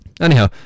Anyhow